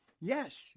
Yes